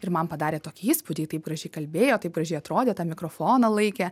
ir man padarė tokį įspūdį ji taip gražiai kalbėjo taip gražiai atrodė tą mikrofoną laikė